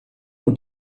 und